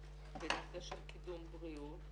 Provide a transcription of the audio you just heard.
בנושא של קידום בריאות,